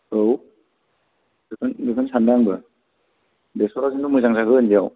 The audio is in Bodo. औ बेखौनो सानदो आंबो बेसरा खिन्थु मोजां जागोन बेयाव